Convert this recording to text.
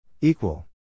Equal